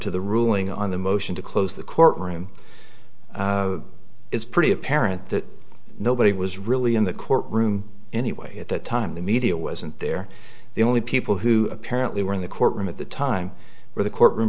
to the ruling on the motion to close the courtroom it's pretty apparent that nobody was really in the courtroom anyway at that time the media wasn't there the only people who apparently were in the courtroom at the time were the courtroom